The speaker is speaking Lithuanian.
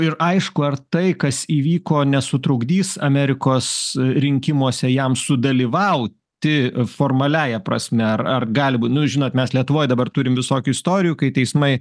ir aišku ar tai kas įvyko nesutrukdys amerikos rinkimuose jam sudalyvauti formaliąja prasme ar gali būt nu žinot mes lietuvoj dabar turim visokių istorijų kai teismai